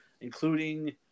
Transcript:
including